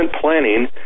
planning